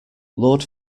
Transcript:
lord